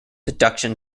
deduction